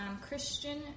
Christian